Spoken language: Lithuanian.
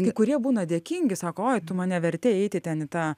kai kurie būna dėkingi sako oi tu mane vertei eiti ten į tą